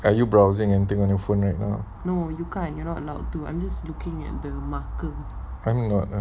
are you browsing anything on your phone right now I'm not